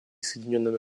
соединенными